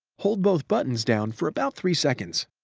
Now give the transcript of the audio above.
hold both buttons down for about three seconds.